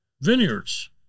vineyards